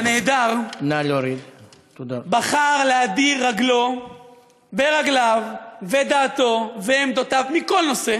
הנעדר בחר להדיר רגלו ורגליו ודעתו ועמדותיו מכל נושא